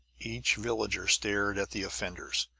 each villager stared at the offenders,